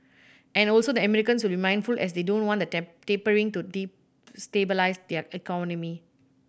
and also the Americans will be mindful as they don't want the tapering to destabilise their economy